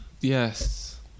yes